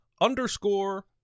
underscore